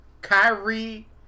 Kyrie